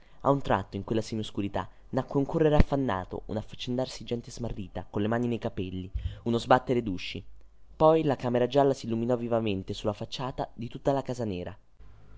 a un tratto in quella semioscurità successe un correre affannato un affaccendarsi di gente smarrita colle mani nei capelli uno sbattere dusci poi la camera gialla si illuminò vivamente sulla facciata di tutta la casa nera